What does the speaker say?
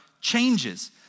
changes